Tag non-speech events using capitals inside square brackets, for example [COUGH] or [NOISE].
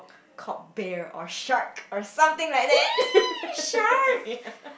called Bear or Shark or something like that [LAUGHS]